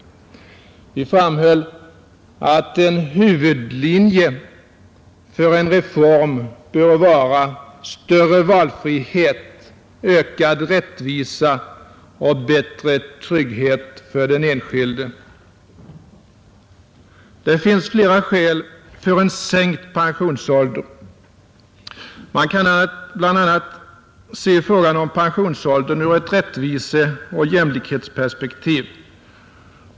Vi framhöll att en huvudlinje för en reform bör vara större valfrihet, ökad rättvisa och bättre trygghet för den enskilde. Det finns flera skäl för en sänkt pensionsålder. Man kan bl.a. se frågan om pensionsåldern ur ett rättviseoch jämlikhetsperspektiv.